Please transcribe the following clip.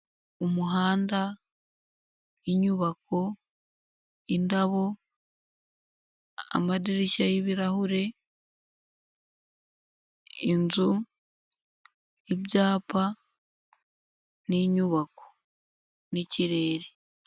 Umuhanda, inyubako, indabo, amadirishya y'ibirahure, inzu, ibyapa n'inyubako n'ikirere.